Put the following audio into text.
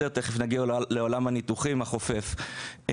תכף נגיע לעולם הניתוחים החופף.